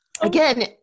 again